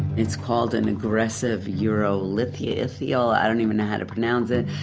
it's called in aggressive eurolythi-ithial. i don't even know how to pronounce it,